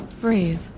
Breathe